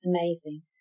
amazing